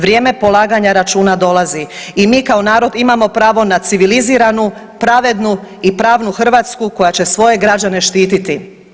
Vrijeme polaganja računa dolazi i mi kao narod imamo pravo na civiliziranu, pravednu i pravnu Hrvatsku koja će svoje građane štititi.